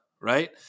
right